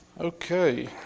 Okay